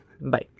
Bye